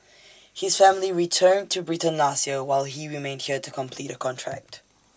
his family returned to Britain last year while he remained here to complete A contract